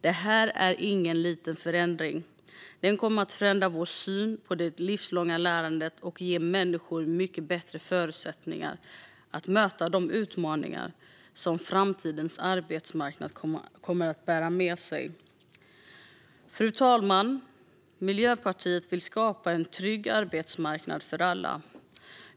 Detta är ingen liten förändring, utan den kommer att förändra vår syn på det livslånga lärandet och ge människor mycket bättre förutsättningar att möta de utmaningar som framtidens arbetsmarknad kommer att bära med sig. Fru talman! Miljöpartiet vill skapa en trygg arbetsmarknad för alla.